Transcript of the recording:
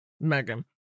Megan